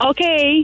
Okay